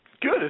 Good